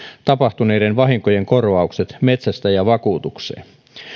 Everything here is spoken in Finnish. tapahtuneiden vahinkojen korvaukset metsästäjävakuutukseen